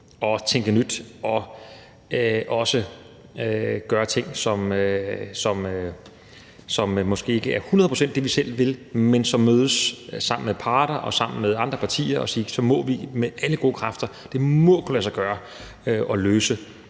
og tænke nyt og også gøre ting, som måske ikke er hundrede procent det, vi selv vil, og så mødes sammen med parter og sammen med andre partier og sige, at det med alle gode kræfter må kunne lade sig gøre at løse